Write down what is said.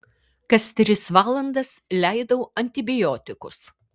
kas tris valandas leidau antibiotikus